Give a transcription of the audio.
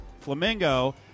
Flamingo